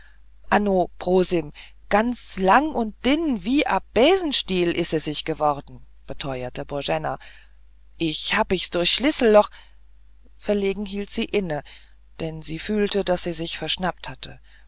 ano prosim ganz lang und dinn wie ein bäsenstiel ise sich geworden beteuerte boena ich hab ich's durch schlisselloch verlegen hielt sie inne denn sie fühlte daß sie sich verschnappt hatte